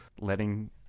Letting